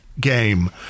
Game